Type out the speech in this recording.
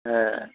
হ্যাঁ